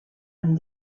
amb